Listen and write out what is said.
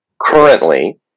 currently